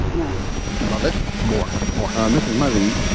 no love it more. more um mrs. muzzey,